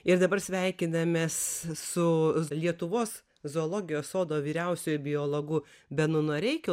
ir dabar sveikinamės su lietuvos zoologijos sodo vyriausiuoju biologu benu noreikiu